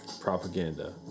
propaganda